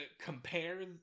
compare